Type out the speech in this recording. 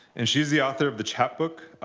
and she is the author of the chapbook,